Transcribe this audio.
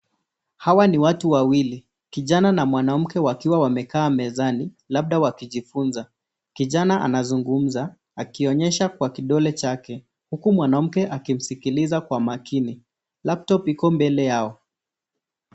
Hawa ni watu wawili kijana na mwanamke wakiwa wamekaa mezani labda wakijifunza, kijana akizungumza akionyesha kwa kidole chake huku mwanamke akimsikiliza kwa makini Laptop iko mbele yao.